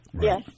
Yes